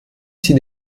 sie